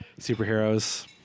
Superheroes